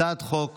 הצעת חוק